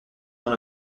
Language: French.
dans